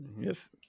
Yes